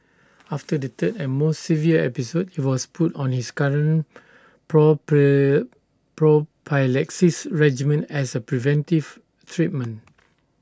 after the third and most severe episode he was put on his current prophylaxis regimen as A preventive treatment